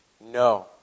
No